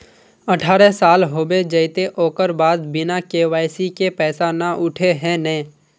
अठारह साल होबे जयते ओकर बाद बिना के.वाई.सी के पैसा न उठे है नय?